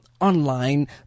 online